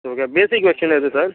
சரி okay basic version எது sir